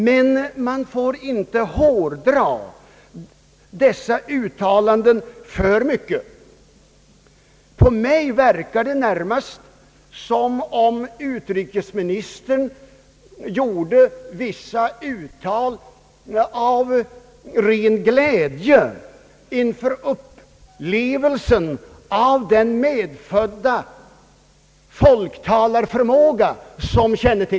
Men man får inte hårdra dessa uttalanden för mycket. På mig verkar det närmast som om utrikesministern gjorde vissa av sina uttalanden i ren glädje över sin medfödda förmåga som folktalare.